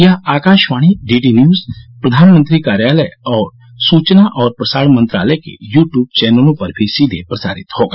यह आकाशवाणी डीडीन्यूज प्रधानमंत्री कार्यालय तथा सूचना और प्रसारण मंत्रालय के यूट्यूब चौनलों पर भी सीधे प्रसारित होगा